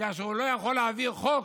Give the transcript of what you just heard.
כאשר הוא לא יכול להעביר חוק,